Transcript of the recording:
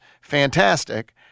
fantastic